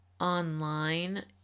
online